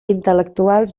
intel·lectuals